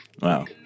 Wow